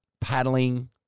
paddling